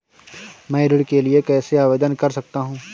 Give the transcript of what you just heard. मैं ऋण के लिए कैसे आवेदन कर सकता हूं?